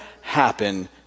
happen